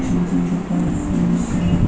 জমিতে যে সময় ঘুরে আবার যে শস্য হতিছে